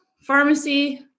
pharmacy